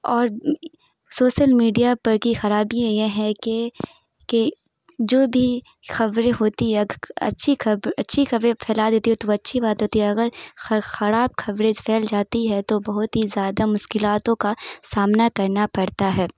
اور social media پر کی خرابیاں یہ ہے کہ کہ جو بھی خبریں ہوتی ہے اچھی خب اچھی خبریں پھیلا دیتی ہے تو وہ اچھی بات ہوتی ہے اگر خراب خبریں پھیل جاتی ہے تو بہت ہی زیادہ مشکلاتوں کا سامنا کرنا پڑتا ہے